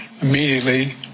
immediately